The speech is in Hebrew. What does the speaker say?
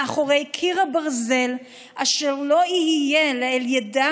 מאחורי קיר הברזל אשר לא יהיה לאל ידה